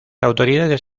autoridades